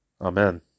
Amen